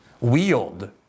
wield